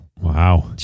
Wow